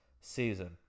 season